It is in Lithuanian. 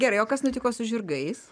gerai o kas nutiko su žirgais